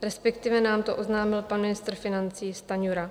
Respektive nám to oznámil pan ministr financí Stanjura.